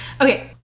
Okay